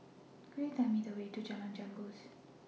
Could YOU Tell Me The Way to Jalan Janggus